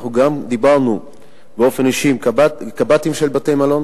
אנחנו גם דיברנו באופן אישי עם קב"טים של בתי-מלון.